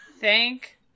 Thank